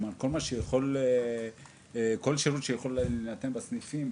כלומר כל שירות שיכול להינתן בסניפים,